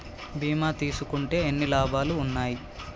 బీమా తీసుకుంటే ఎన్ని లాభాలు ఉన్నాయి?